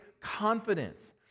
confidence